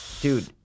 dude